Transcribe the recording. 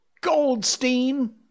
Goldstein